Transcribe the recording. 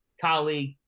colleague